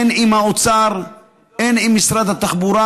הן עם האוצר הן עם משרד התחבורה,